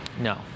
No